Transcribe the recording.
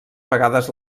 vegades